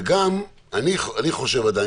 וגם אני חושב עדיין,